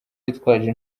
witwaje